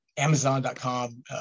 Amazon.com